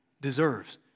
deserves